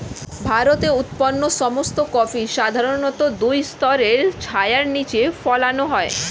ভারতে উৎপন্ন সমস্ত কফি সাধারণত দুই স্তরের ছায়ার নিচে ফলানো হয়